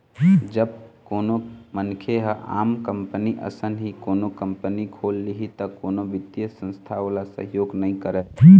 जब कोनो मनखे ह आम कंपनी असन ही कोनो कंपनी खोल लिही त कोनो बित्तीय संस्था ओला सहयोग नइ करय